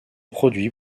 produits